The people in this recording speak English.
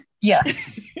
yes